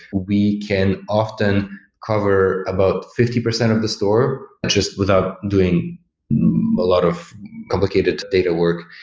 we can often cover about fifty percent of the store just without doing a lot of complicated data work.